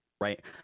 right